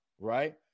right